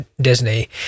Disney